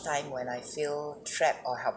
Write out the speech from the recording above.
time when I feel trapped or helpless